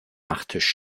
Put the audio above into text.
nachttisch